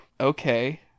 okay